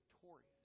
victorious